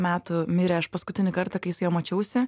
metų mirė aš paskutinį kartą kai su juo mačiausi